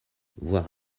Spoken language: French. voir